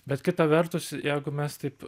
bet kita vertus jeigu mes taip